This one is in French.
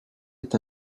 est